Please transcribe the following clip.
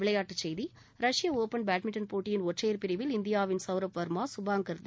விளையாட்டுச் செய்திகள் ரஷ்ய ஒபன் பேட்மின்டன் போட்டியின் ஒற்றையர் பிரிவில் இந்தியாவின் சவுரப் வர்மா கபான்கர் தே